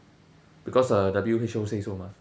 because uh W_H_O say so mah